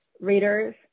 readers